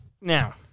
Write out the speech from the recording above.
now